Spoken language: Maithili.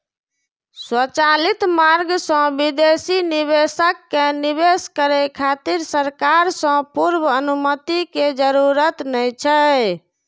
स्वचालित मार्ग सं विदेशी निवेशक कें निवेश करै खातिर सरकार सं पूर्व अनुमति के जरूरत नै छै